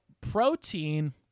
protein